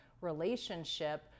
relationship